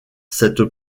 cette